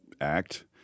Act